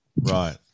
Right